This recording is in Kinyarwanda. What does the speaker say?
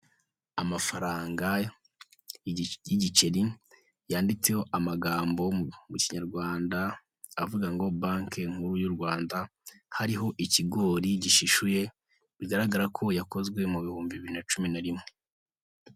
Amafaranga y'igiceri yanditseho amagambo mu kinyarwanda avuga ngo banki nkuru y'u Rwanda, hariho ikigori gishishuye, bigaragara ko yakozwe mu bihumbi bi bin na cumi na rimwe